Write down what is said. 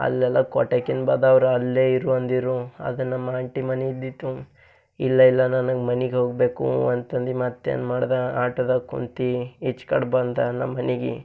ಅಲ್ಲೆಲ್ಲ ಕೋಟೇಕಿನ್ನ ಬಾದ ಅವ್ರ ಅಲ್ಲೇ ಇರು ಅಂದಿರು ಆದರೆ ನಮ್ಮ ಆಂಟಿ ಮನಿ ಇದ್ದಿತ್ತು ಇಲ್ಲ ಇಲ್ಲ ನನಗೆ ಮನೆಗ್ ಹೋಗಬೇಕು ಅಂತಂದು ಮತ್ತೇನು ಮಾಡಿದ ಆಟೋದಾಗ ಕುಂತಿ ಈಚ್ಕಡ್ ಬಂದ ನಮ್ಮ ಮನಿಗಿ